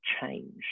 change